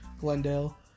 Glendale